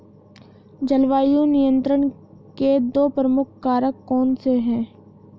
जलवायु नियंत्रण के दो प्रमुख कारक कौन से हैं?